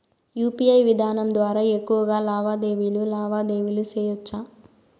UPI విధానం ద్వారా ఎక్కువగా లావాదేవీలు లావాదేవీలు సేయొచ్చా?